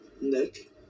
Nick